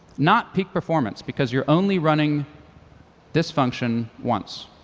not peak performance, because you're only running this function once.